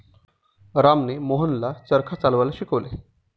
रामने मोहनला चरखा चालवायला शिकवले